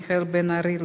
מיכאל בן-ארי,